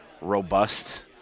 robust